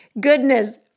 goodness